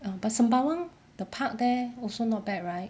uh but sembawang the park there also not bad right